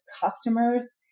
customers